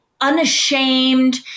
unashamed